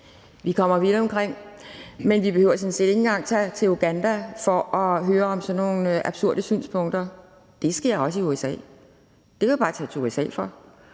Vi kommer vidt omkring. Men vi behøver sådan set ikke engang at tage til Uganda for at høre om sådan nogle absurde synspunkter. Det sker også i USA, og du kan bare tage til USA.